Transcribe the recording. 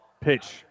Pitch